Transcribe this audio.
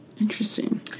Interesting